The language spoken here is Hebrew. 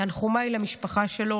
תנחומיי למשפחה שלו,